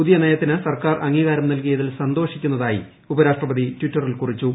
പുതിയ നയത്തിന് സർക്കാർ അംഗീകാരം നൽകിയതിൽ സന്തോഷിക്കുന്നതായി ഉപരാഷ്ട്രപതി ടിറ്ററിൽ കുറിച്ചു